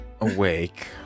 awake